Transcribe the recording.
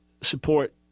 support